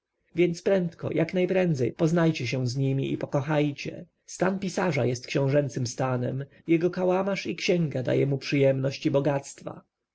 więc prędko jak najprędzej poznajcie się z niemi i pokochajcie stan pisarza jest książęcym stanem jego kałamarz i księga dają mu przyjemności i bogactwa